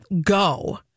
Go